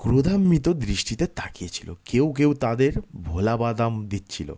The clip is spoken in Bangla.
ক্রোধান্বিত দৃষ্টিতে তাকিয়ে ছিলো কেউ কেউ তাদের ভোলা বাদাম দিচ্ছিলো